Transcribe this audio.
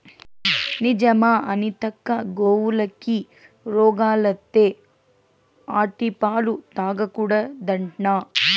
నిజమా అనితక్కా, గోవులకి రోగాలత్తే ఆటి పాలు తాగకూడదట్నా